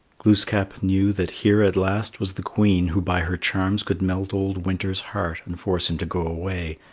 glooskap knew that here at last was the queen who by her charms could melt old winter's heart and force him to go away,